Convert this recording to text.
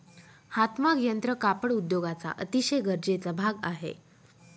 हातमाग यंत्र कापड उद्योगाचा अतिशय गरजेचा भाग आहे